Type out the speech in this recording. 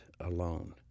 alone